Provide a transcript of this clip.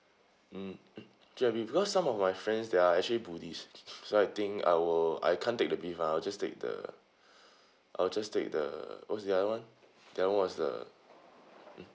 mm chicken meat because some of my friends they are actually buddhist so I think I will I can't take the beef ah I'll just take the I'll just take the what's the other [one] that [one] was the